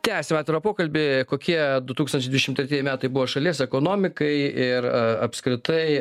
tęsiam atvirą pokalbį kokie du tūkstančiai dvidešim tretieji metai buvo šalies ekonomikai ir a apskritai